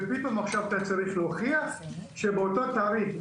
ופתאום אדם צריך להוכיח שבאותו תאריך,